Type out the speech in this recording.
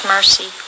Mercy